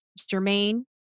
Jermaine